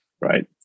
right